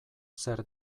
zer